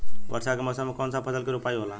वर्षा के मौसम में कौन सा फसल के रोपाई होला?